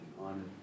on